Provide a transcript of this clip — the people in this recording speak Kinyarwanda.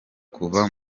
kuva